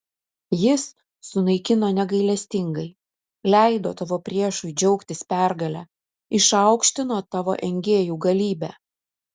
jis sunaikino negailestingai leido tavo priešui džiaugtis pergale išaukštino tavo engėjų galybę